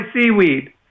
seaweed